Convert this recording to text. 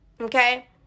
okay